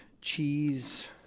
cheese